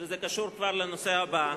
זה קשור כבר לנושא הבא,